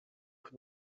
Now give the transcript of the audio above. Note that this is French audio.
coup